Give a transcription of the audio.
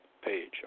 page